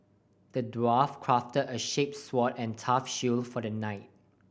the dwarf crafted a shape sword and a tough shield for the knight